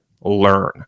learn